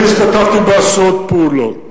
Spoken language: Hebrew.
אני השתתפתי בעשרות פעולות,